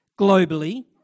globally